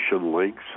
links